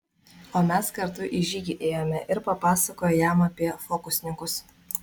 o mes kartu į žygį ėjome ir papasakojo jam apie fokusininkus